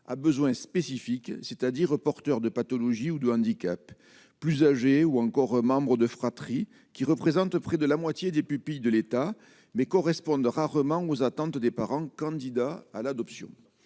à besoins spécifiques, c'est-à-dire porteurs de pathologies ou de handicap plus âgés ou encore Membre de fratrie qui représentent près de la moitié des pupilles de l'État mais correspondent rarement aux attentes des parents candidats à l'adoption,